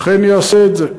אכן יעשה את זה.